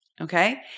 Okay